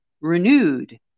renewed